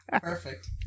Perfect